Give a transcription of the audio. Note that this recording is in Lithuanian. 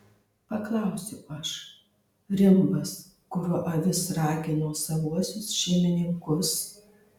paklausiau aš rimbas kuriuo avis ragino savuosius šeimininkus